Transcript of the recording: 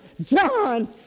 John